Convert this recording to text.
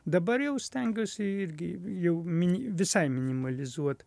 dabar jau stengiuosi irgi jau mini visai minimalizuot